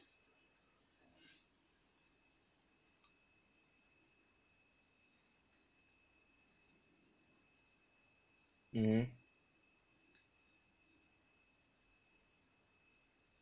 mmhmm